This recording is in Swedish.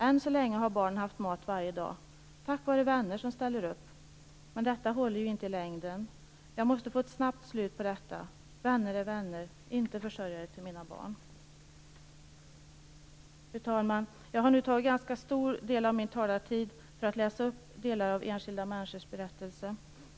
Än så länge har barnen haft mat varje dag, tack vare vänner som ställer upp. Men detta håller ju inte i längden. Jag måste få ett snabbt slut på detta. Vänner är vänner, inte försörjare till mina barn. Fru talman! Jag har nu använt en ganska stor del av min talartid till att läsa upp delar av enskilda människors berättelser.